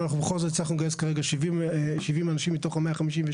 אבל אנחנו בכל זאת הצלחנו לגייס כרגע 70 אנשים מתוך ה-156.